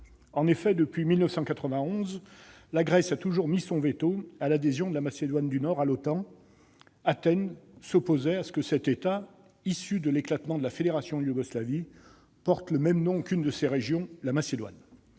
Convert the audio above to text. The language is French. du Nord. Depuis 1991, la Grèce a toujours mis son veto à l'adhésion de la Macédoine du Nord à l'OTAN. Athènes s'opposait à ce que cet État, issu de l'éclatement de la République fédérale de Yougoslavie, porte le même nom qu'une de ses régions, la Macédoine.